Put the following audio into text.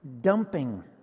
dumping